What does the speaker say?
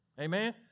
Amen